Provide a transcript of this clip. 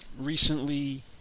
recently